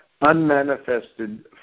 unmanifested